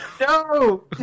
No